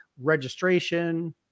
registration